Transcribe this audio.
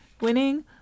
winning